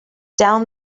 down